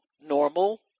normal